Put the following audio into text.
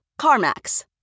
CarMax